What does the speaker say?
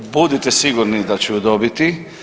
Budite sigurni da ću je dobiti.